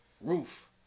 roof